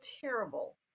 terrible